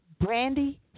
Brandy